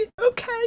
Okay